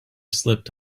slipped